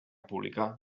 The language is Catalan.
pública